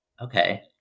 Okay